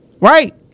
right